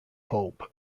pope